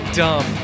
dumb